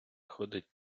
ходить